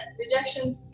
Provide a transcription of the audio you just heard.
rejections